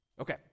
Okay